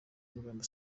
rugamba